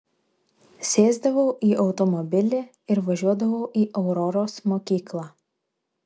sėsdavau į automobilį ir važiuodavau į auroros mokyklą